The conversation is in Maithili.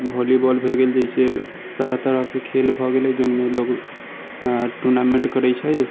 वॉली बाँल होइ गेल जइसे तरह तरहके खेल भऽ गेलै जाहिमे लोग टूर्नामेन्ट करै छै